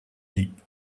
deep